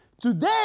Today